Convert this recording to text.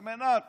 על מנת